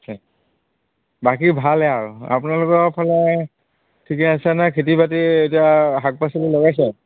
বাকী ভালে আৰু আপোনালোকৰ ফালে ঠিকে আছে নাই খেতি বাতি এতিয়া শাক পাচলি লগাইছে